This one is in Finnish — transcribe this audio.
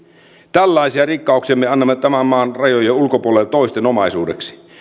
tällaisia rikkauksia me annamme tämän maan rajojen ulkopuolelle toisten omaisuudeksi